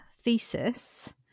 thesis